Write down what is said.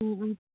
ꯎꯝ ꯎꯝ